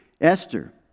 Esther